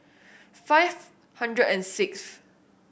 five hundred and sixth